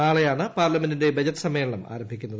നാളെയാണ് പാർലമെന്റിന്റെ ബജറ്റ് സമ്മേളനം ആരംഭിക്കുന്നത്